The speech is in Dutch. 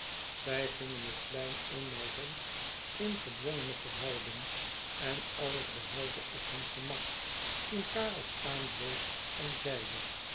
zij gingen het plein eenmaal rond in ged wongene verhouding en alles behiüve op hun gemak toen karel staan bleef en zeide